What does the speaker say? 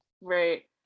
Right